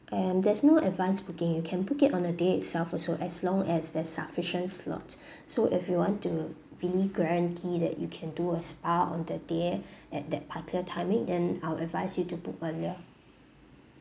and there's no advanced booking you can book it on they day itself also as long as there's sufficient slots so if you want to really guarantee that you can do a spa on the day at that particular timing then I'll advise you to book earlier